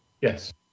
Yes